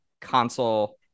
console